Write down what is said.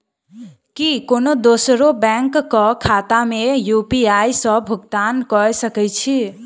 की कोनो दोसरो बैंक कऽ खाता मे यु.पी.आई सऽ भुगतान कऽ सकय छी?